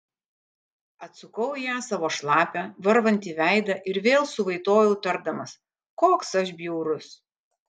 atsukau į ją savo šlapią varvantį veidą ir vėl suvaitojau tardamas koks aš bjaurus